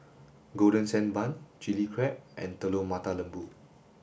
golden sand bun chilli crab and Telur Mata Lembu